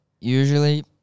usually